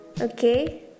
Okay